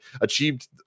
achieved